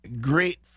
great